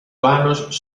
vanos